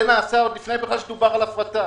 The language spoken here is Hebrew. זה נעשה עוד לפני בכלל שדובר על הפרטה.